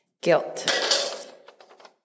Guilt